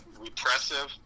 repressive